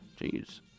Jeez